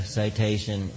citation